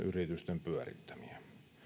yritysten pyörittämiä